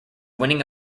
winning